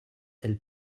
elle